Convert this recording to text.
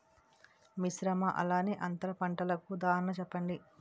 మిశ్రమ అలానే అంతర పంటలకు ఉదాహరణ చెప్పండి?